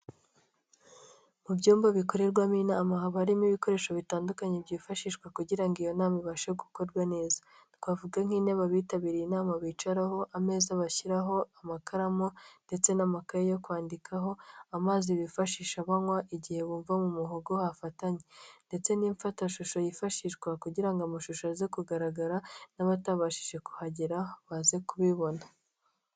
Mu byumba bikorerwamo inama haba harimo ibikoresho bitandukanye byifashishwa kugira ngo iyo nama ibashe gukorwarwe neza. Twavuga nk'intebe abitabiriye inama bicaraho, ameza bashyiraho amakaramu ndetse n'amakaye yo kwandikaho, amazi bifashisha banywa igihe bumva mu muhogo hafatanye. Ndetse n'imfatashusho yifashishwa kugira ngo amashusho aze kugaragara, n'abatabashije kuhagera baze kubibona.